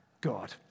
God